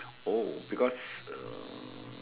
oh because um